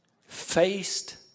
faced